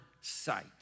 sight